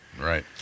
Right